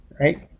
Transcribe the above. right